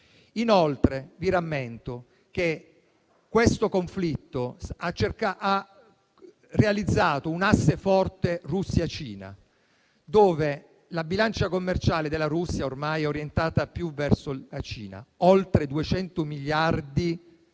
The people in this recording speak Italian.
tassati. Vi rammento che questo conflitto ha realizzato un asse forte Russia-Cina; la bilancia commerciale della Russia è ormai orientata più verso la Cina: oltre 200 miliardi di